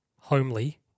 homely